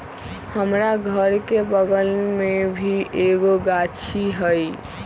हमरा घर के बगल मे भी एगो गाछी हई